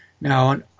Now